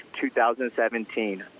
2017